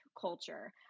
culture